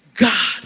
God